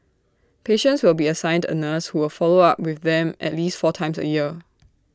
patients will be assigned A nurse who will follow up with them at least four times A year